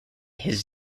his